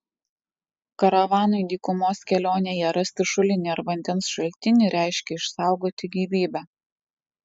karavanui dykumos kelionėje rasti šulinį ar vandens šaltinį reiškė išsaugoti gyvybę